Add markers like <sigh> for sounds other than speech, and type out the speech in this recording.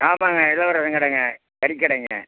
ஆமாங்க <unintelligible> கடைங்க கறி கடைங்க